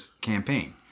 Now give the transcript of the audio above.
campaign